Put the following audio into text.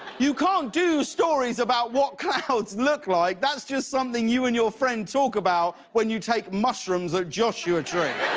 you can't do stories about what clouds look like! that's just something you and your friend talk about when you take mushrooms at joshua tree.